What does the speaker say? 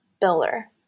builder